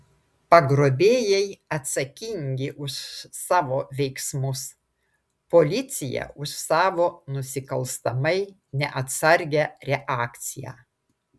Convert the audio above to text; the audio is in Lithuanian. pagrobėjai atsakingi už savo veiksmus policija už savo nusikalstamai neatsargią reakciją